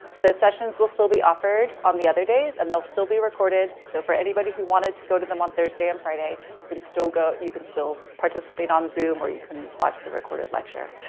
the sessions will still be offered on the other days, and they'll still be recorded. so for anybody who wanted to go to them on thursday and friday, you can still go, you can still participate on zoom or you can watch the recorded lecture.